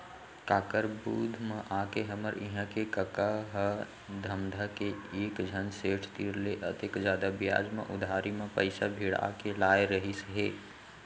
काकर बुध म आके हमर इहां के कका ह धमधा के एकझन सेठ तीर ले अतेक जादा बियाज म उधारी म पइसा भिड़ा के लाय रहिस हे